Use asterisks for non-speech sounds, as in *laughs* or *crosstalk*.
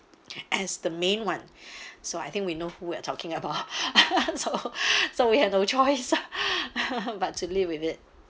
as the main [one] *breath* so I think we know who we're talking about *breath* *laughs* and so *breath* so we had no choice *laughs* *breath* but to live with it